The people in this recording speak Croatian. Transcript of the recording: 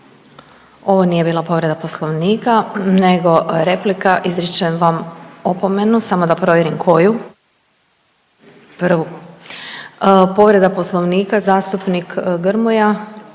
Ovo nije bila povreda Poslovnika nego replika. Izričem vam opomenu, samo da provjerim koju. Prvu. Povreda Poslovnika zastupnik Grmoja.